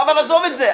עזוב את זה.